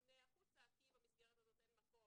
מופנה החוצה כי במסגרת הזאת אין מקום,